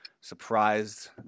surprised